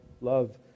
love